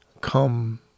come